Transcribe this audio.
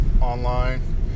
online